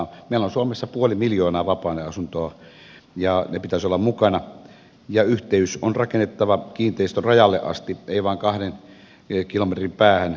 meillä on suomessa puoli miljoonaa vapaa ajan asuntoa ja niiden pitäisi olla mukana ja yhteys on rakennettava kiinteistön rajalle asti ei vain kahden kilometrin päähän